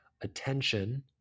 attention